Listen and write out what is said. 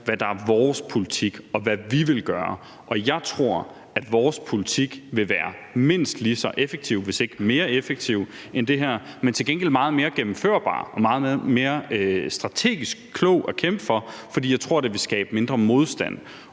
hvad der er vores politik, og hvad vi vil gøre. Og jeg tror, at vores politik vil være mindst lige så effektiv, hvis ikke mere effektiv end det her, men til gengæld meget mere gennemførbar og meget mere strategisk klog at kæmpe for, for jeg tror, at det vil skabe mindre modstand.